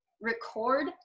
record